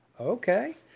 Okay